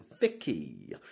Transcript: Vicky